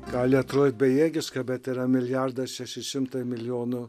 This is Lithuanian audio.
gali atrodyt bejėgiška bet yra milijardas šeši šimtai milijonų